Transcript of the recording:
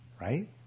right